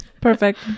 perfect